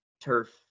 turf